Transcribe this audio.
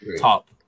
Top